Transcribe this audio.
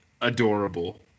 adorable